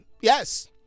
yes